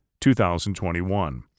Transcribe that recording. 2021